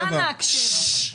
אנא הקשב לי.